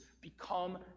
become